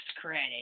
credit